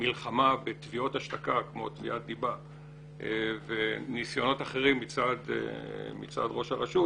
המלחמה בתביעות השתקה כמו תביעת דיבה וניסיונות אחרים מצד ראש הרשות,